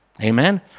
Amen